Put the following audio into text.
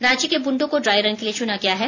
रांची के बुंडू को dry run के लिए चुना गया है